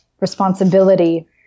responsibility